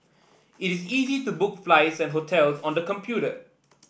it is easy to book flights and hotels on the computer